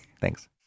Thanks